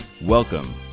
Welcome